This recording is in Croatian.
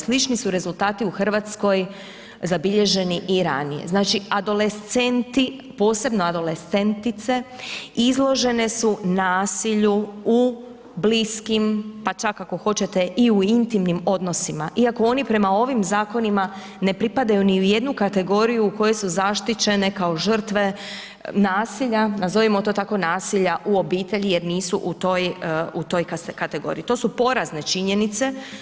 Slični su rezultati u Hrvatskoj zabilježeni i ranije, znači adolescenti, posebno adolescentice izložene su nasilju u bliskim pa čak ako hoćete i u intimnim odnosima iako oni prema ovim zakonima ne pripadaju ni u jednu kategoriju koje su zaštićene kao žrtve nasilja, nazovimo to tako nasilja u obitelji jer nisu u toj kategoriji, to su porazne činjenice.